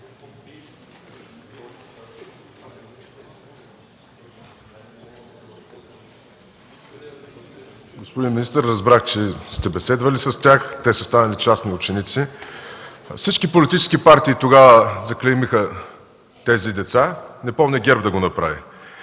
Господин министър, разбрах, че сте беседвали с тях, те са станали частни ученици. Всички политически партии тогава заклеймиха тези деца, не помня ГЕРБ да го направи.